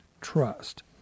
trust